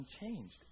unchanged